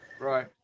right